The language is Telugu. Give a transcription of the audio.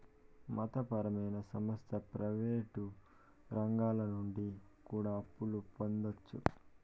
మత పరమైన సంస్థ ప్రయివేటు రంగాల నుండి కూడా అప్పులు పొందొచ్చు